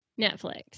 Netflix